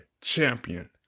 champion